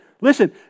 listen